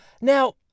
Now